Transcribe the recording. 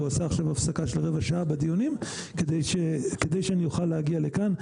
והוא עשה עכשיו הפסקה של רבע שעה בדיונים כדי שאני אוכל להגיע לכאן.